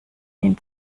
ihn